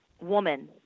woman